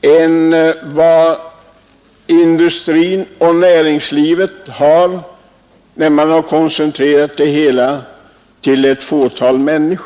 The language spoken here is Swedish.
än industrins och näringslivets när man har koncentrerat det hela till ett fåtal människor.